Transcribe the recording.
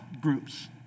groups